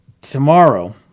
tomorrow